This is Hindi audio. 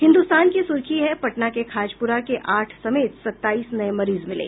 हिन्दुस्तान की सुर्खी है पटना के खाजपुरा के आठ समेत सत्ताईस नये मरीज मिले